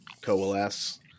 coalesce